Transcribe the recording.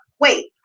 wait